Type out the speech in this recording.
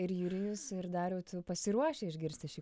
ir jurijus dariau tu pasiruošę išgirsti šį